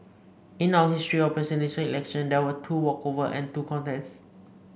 in our history of Presidential Election there were two walkover and two contests